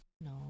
No